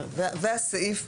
והסעיף,